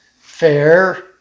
fair